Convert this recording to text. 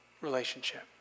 relationship